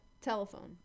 telephone